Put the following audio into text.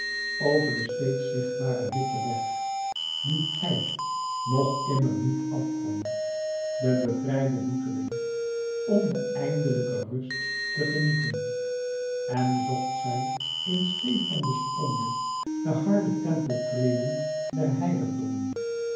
over den steeds zichtbaren witten weg dien hij nog immer niet af kwam de bevrijde boeteling om de eindelijke rust te genieten en zocht zij in steê van de sponde de harde tempeltreden der